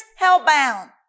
hellbound